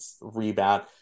rebound